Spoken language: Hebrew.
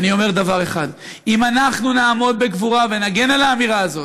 אני אומר דבר אחד: אם אנחנו נעמוד בגבורה ונגן על האמירה הזאת,